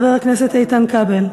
חבר הכנסת איתן כבל.